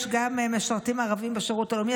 יש גם משרתים ערבים בשירות הלאומי,